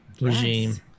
regime